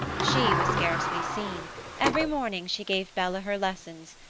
she was scarcely seen every morning she gave bella her lessons,